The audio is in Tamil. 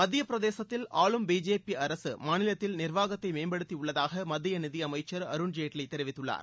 மத்தியப்பிரதேசத்தில் ஆளும் பிஜேபி அரசு மாநிலத்தில் நிர்வாகத்தை மேம்படுத்தியுள்ளதாக மத்திய நிதி அமைச்சர் அருண்ஜேட்லி தெரிவித்துள்ளார்